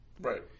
Right